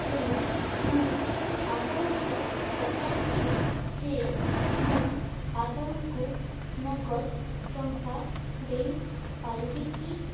ତେଣୁ ମୁଁ ଆପଣଙ୍କୁ ପଚାରୁଛି ଯେ ମୁଁ ଆପଣଙ୍କୁ ନଗଦ ଟଙ୍କା ଦେଇପାରିବି କି